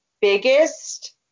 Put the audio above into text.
biggest